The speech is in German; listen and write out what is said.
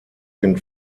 den